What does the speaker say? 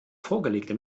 vorgelegte